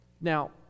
Now